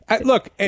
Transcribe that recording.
Look